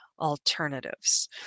alternatives